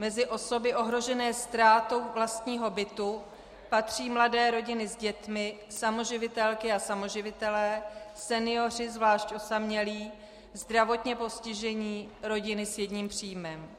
Mezi osoby ohrožené ztrátou vlastního bytu patří mladé rodiny s dětmi, samoživitelky a samoživitelé, senioři, zvlášť osamělí, zdravotně postižení, rodiny s jedním příjmem.